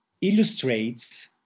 illustrates